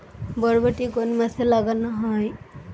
বরবটি কোন মাসে লাগানো হয়?